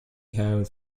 hails